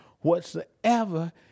whatsoever